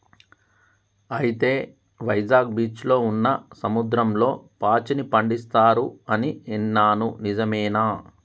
అయితే వైజాగ్ బీచ్లో ఉన్న సముద్రంలో పాచిని పండిస్తారు అని ఇన్నాను నిజమేనా